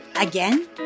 Again